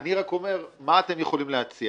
אני רק אומר מה אתם יכולים להציע?